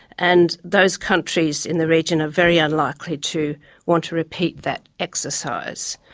and those countries in the region are very unlikely to want to repeat that exercise,